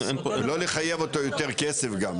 לא לחייב אותו יותר כסף גם.